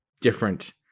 different